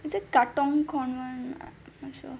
is it katong convent i~ I'm not sure